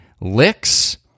licks